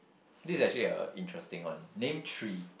this is actually a interesting one name three